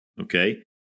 Okay